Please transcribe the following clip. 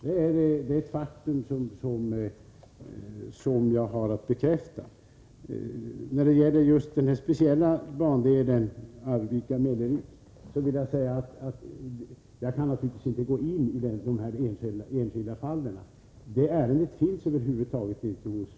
Det är ett faktum som jag har att bekräfta. När det gäller bandelen Mellerud-Arvika vill jag framhålla att jag givetvis — Nr 7 inte kan gå in på enskilda fall. Det ärendet finns över huvud taget inte hos